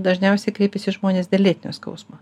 dažniausiai kreipiasi žmonės dėl lėtinio skausmo